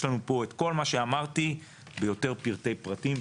יש לנו פה את כל מה שאמרתי ביותר פרטי פרטים,